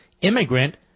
immigrant